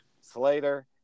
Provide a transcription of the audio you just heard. Slater